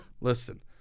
listen